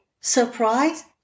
surprise